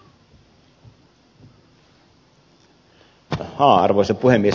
ahaa arvoisa puhemies